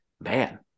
man